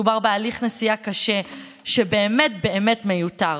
מדובר בהליך נסיעה קשה שהוא באמת באמת מיותר.